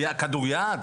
כדוריד.